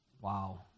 wow